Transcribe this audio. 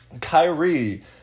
Kyrie